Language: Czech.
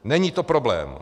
Není to problém.